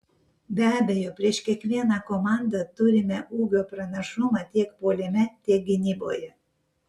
be abejo prieš kiekvieną komandą turime ūgio pranašumą tiek puolime tiek gynyboje